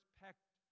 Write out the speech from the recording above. pecked